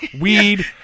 Weed